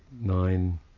nine